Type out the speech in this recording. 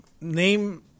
name